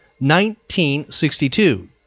1962